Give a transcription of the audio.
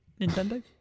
Nintendo